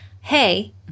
hey